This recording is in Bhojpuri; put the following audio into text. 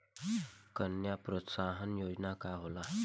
कन्या प्रोत्साहन योजना का होला?